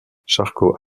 charcot